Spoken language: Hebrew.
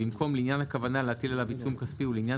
במקום "לעניין הכוונה להטיל עליו עיצום כספי ולעניין